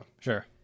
Sure